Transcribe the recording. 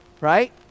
right